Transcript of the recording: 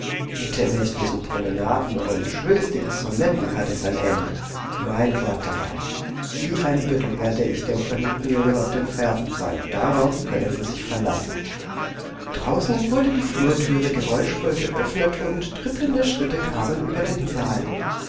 mit den nächtlichen promenaden und schwülstigen sonetten hat es ein ende mein wort darauf wie ein büttel werde ich dem verliebten jungen auf den fersen sein darauf können sie sich verlassen draußen wurde die flurthüre geräuschvoll geöffnet und trippelnde schritte kamen über den saal